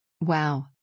Wow